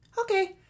Okay